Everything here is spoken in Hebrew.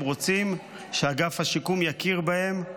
הם רוצים שאגף השיקום יכיר בהם,